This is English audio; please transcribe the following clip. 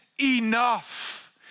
enough